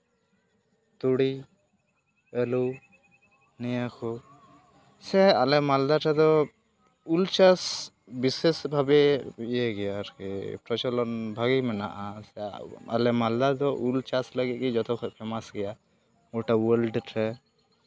ᱛᱩᱲᱤ ᱟᱹᱞᱩ ᱱᱤᱭᱟᱹ ᱠᱚ ᱥᱮ ᱟᱞᱮ ᱢᱟᱞᱫᱟ ᱨᱮᱫᱚ ᱩᱞ ᱪᱟᱥ ᱵᱤᱥᱮᱥ ᱵᱷᱟᱵᱮ ᱤᱭᱟᱹᱭ ᱜᱮᱭᱟ ᱟᱨᱠᱤ ᱯᱨᱚᱪᱚᱞᱚᱱ ᱵᱷᱟᱜᱮ ᱢᱮᱱᱟᱜᱼᱟ ᱥᱮ ᱟᱞᱮ ᱢᱟᱞᱫᱟ ᱨᱮᱫᱚ ᱩᱞ ᱪᱟᱥ ᱞᱟᱹᱜᱤᱫ ᱜᱮ ᱡᱚᱛᱚ ᱠᱷᱚᱡ ᱯᱷᱮᱢᱟᱥ ᱜᱮᱭᱟ ᱜᱳᱴᱟ ᱳᱣᱟᱨᱞᱰ ᱨᱮ